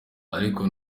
ariko